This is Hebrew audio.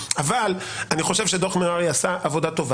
אבל אני חושב שדוח מררי עשה עבודה טובה.